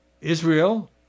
Israel